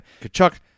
Kachuk